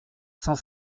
cent